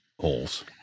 holes